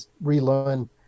relearn